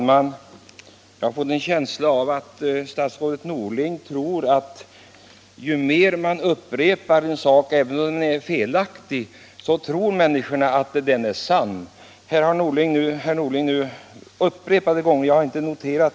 Vad är vad?